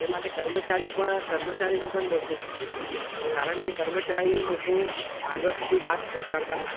તે માટે કર્મચારી પણ કર્મચારીને પણ દોષિત થાય છે કારણ કે કર્મચારી લોકો આગળ સુધી વાત પહોંચાડતા નથી